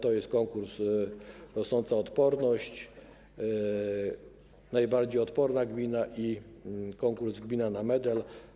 To są konkursy Rosnąca Odporność, Najbardziej Odporna Gmina i konkurs Gmina na Medal.